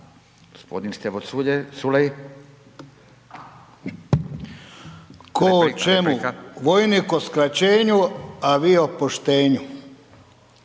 **Culej, Stevo (HDZ)** Tko o čemu, vojnik o skraćenju, a vi o poštenju.